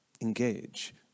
engage